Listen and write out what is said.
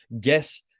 guess